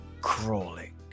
crawling